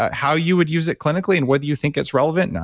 how you would use it clinically and whether you think it's relevant? now,